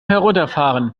herunterfahren